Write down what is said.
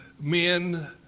men